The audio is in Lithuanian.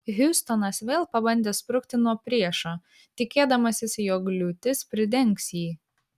hiustonas vėl pabandė sprukti nuo priešo tikėdamasis jog liūtis pridengs jį